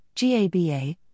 GABA